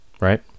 right